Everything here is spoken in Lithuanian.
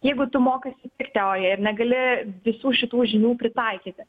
jeigu tu mokaisi tik teoriją ir negali visų šitų žinių pritaikyti